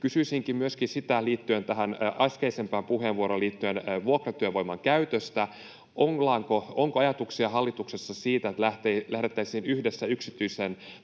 Kysyisin myöskin liittyen äskeiseen puheenvuoroon vuokratyövoiman käytöstä: onko ajatuksia hallituksessa siitä, että lähdettäisiin yhdessä yksityisten